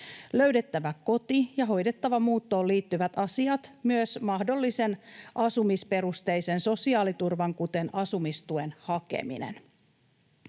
löytämään kodin ja hoitamaan muuttoon liittyvät asiat ja myös mahdollisen asumisperusteisen sosiaaliturvan, kuten asumistuen, hakemisen.